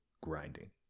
grinding